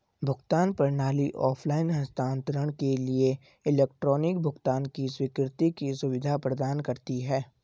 भुगतान प्रणाली ऑफ़लाइन हस्तांतरण के लिए इलेक्ट्रॉनिक भुगतान की स्वीकृति की सुविधा प्रदान करती है